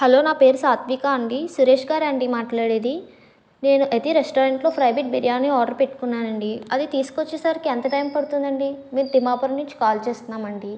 hello నా పేరు సాత్విక అండి సురేష్ గారా అండి మాట్లాడేది నేను ఎది రెస్టారెంట్లో ఫ్రై బిట్ బిర్యాని ఆర్డర్ పెట్టుకున్నానండి అది తీసుకొచ్చేసరికి ఎంత టైం పడుతుందండి మీరు తిమ్మాపురం నుంచి కాల్ చేస్తున్నామండీ